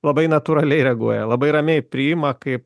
labai natūraliai reaguoja labai ramiai priima kaip